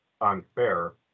unfair